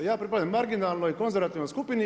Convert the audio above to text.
Ja pripadam marginalnoj, konzervativnoj skupini.